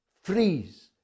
freeze